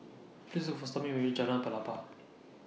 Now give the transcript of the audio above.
Please Look For Stormy when YOU REACH Jalan Pelepah